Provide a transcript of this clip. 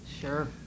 Sure